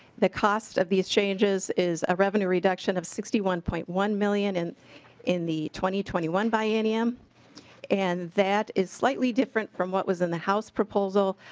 the cost of these changes is a revenue reduction of sixty one point one million and in the twenty twenty one biennium and that is slightly different from what was the house proposal.